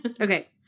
Okay